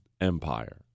Empire